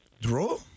Draw